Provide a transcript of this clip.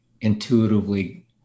intuitively